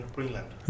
Greenland